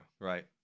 Right